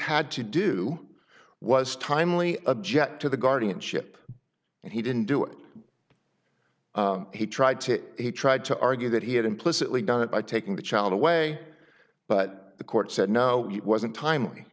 had to do was timely object to the guardianship and he didn't do it he tried to he tried to argue that he had implicitly done it by taking the child away but the court said no it wasn't timely